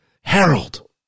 Harold